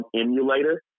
emulator